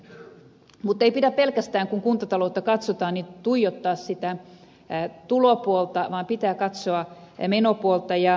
mutta ei pidä pelkästään kun kuntataloutta katsotaan tuijottaa sitä tulopuolta vaan pitää katsoa menopuolta